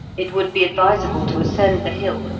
it would be advisable to ascend the hill,